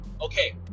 okay